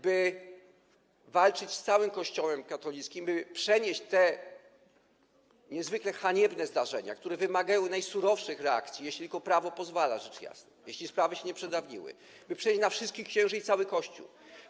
by walczyć z całym Kościołem katolickim, by przenieść te niezwykle haniebne zdarzenia, które wymagają najsurowszych reakcji, jeśli tylko prawo pozwala, rzecz jasna, jeśli sprawy się nie przedawniły, by przenieść na wszystkich księży i cały Kościół.